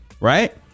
Right